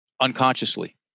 Unconsciously